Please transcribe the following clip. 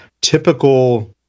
typical